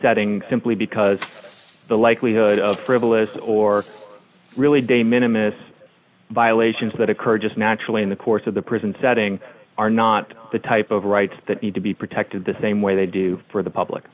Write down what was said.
setting simply because the likelihood of frivolous or really de minimus violations that occur just naturally in the course of the prison setting are not the type of rights that need to be protected the same way they do for the public